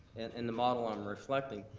and and the model i'm reflecting,